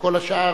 כל השאר,